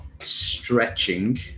stretching